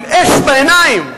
עם אש בעיניים.